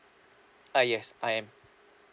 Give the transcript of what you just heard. ah yes I am